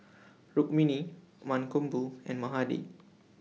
Rukmini Mankombu and Mahade